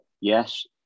yes